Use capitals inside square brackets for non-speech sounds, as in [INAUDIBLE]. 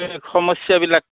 [UNINTELLIGIBLE] সমস্যাবিলাক